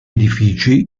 edifici